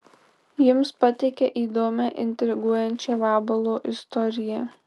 jums pateikia įdomią intriguojančią vabalo istoriją